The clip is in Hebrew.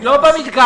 לא במדגם.